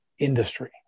industry